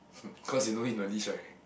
hmm cause you know him the least right